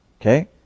okay